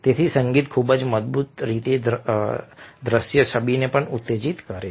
તેથી સંગીત ખૂબ જ મજબૂત રીતે દ્રશ્ય છબીને પણ ઉત્તેજિત કરે છે